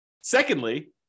secondly